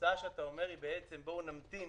התוצאה של דבריך: בואו נמתין